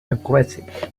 aggressive